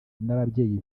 n’ababyeyi